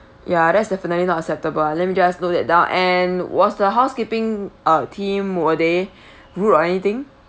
ya that's definitely not acceptable ah let me just note that down and was the housekeeping uh team were they rude or anything